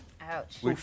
Ouch